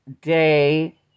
day